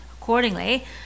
accordingly